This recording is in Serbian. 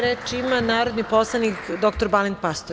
Reč ima narodni poslanik dr Balin Pastor.